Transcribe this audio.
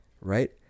right